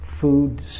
food